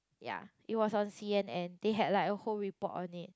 ya it was on c_n_n they had like a whole report on it